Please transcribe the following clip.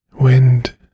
wind